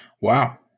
Wow